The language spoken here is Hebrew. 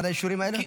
עד האישורים האלה?